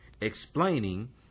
explaining